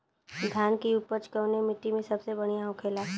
धान की उपज कवने मिट्टी में सबसे बढ़ियां होखेला?